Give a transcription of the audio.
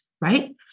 right